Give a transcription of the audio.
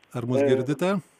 ar mus girdite